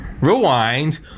rewind